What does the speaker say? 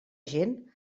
gent